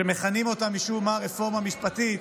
שמכנים אותה משום מה "רפורמה משפטית",